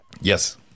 Yes